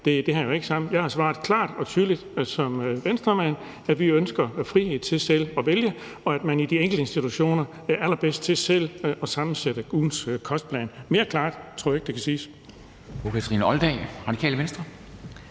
Det hænger jo ikke sammen. Jeg har svaret klart og tydeligt som Venstremand, at vi ønsker frihed til selv at vælge, og at man i de enkelte institutioner er allerbedst til selv at sammensætte ugens kostplan. Mere klart tror jeg ikke det kan siges.